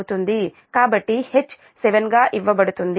కాబట్టి H 7 గా ఇవ్వబడుతుంది